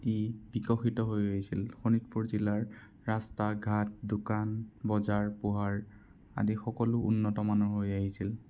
ই বিকশিত হৈ আছিল শোণিতপুৰ জিলাৰ ৰাস্তা ঘাট দোকান বজাৰ পোহাৰ আদি সকলো উন্নত মানৰ হৈ আহিছিল